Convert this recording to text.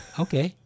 okay